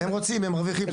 הם רוצים הם מרוויחים.